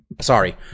Sorry